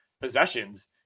possessions